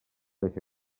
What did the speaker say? deixa